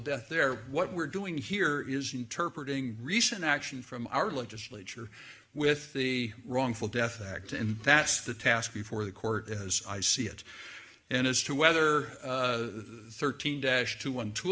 death there what we're doing here is interpret ing recent action from our legislature with the wrongful death act and that's the task before the court as i see it and as to whether the thirteen dash to one two